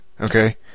Okay